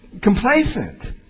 complacent